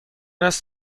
است